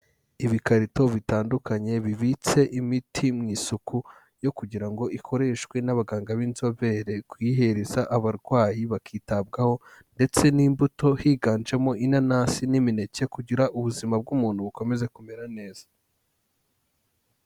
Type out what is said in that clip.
Ibikarito bitandukanye bibitse imiti mu isuku yo kugira ngo ikoreshwe n'abaganga b'inzobere kuyihereza abarwayi bakitabwaho ndetse n'imbuto higanjemo inanasi n'imeke kugira ubuzima bw'umuntu bukomeze kumera neza.